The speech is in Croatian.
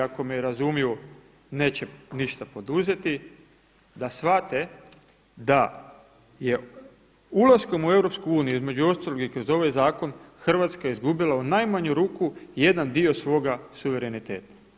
Ako me i razumiju neće ništa poduzeti da shvate, da je ulaskom u EU između ostalog i kroz ovaj zakon Hrvatska izgubila u najmanju ruku jedan dio svoga suvereniteta.